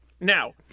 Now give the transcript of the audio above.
Now